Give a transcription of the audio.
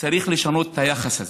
לשנות את היחס הזה.